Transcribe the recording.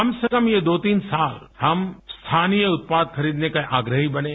कम से कम ये दो तीन साल हम स्थानीय उत्पाद खरीदने के आग्रही बनें